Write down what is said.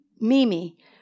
Mimi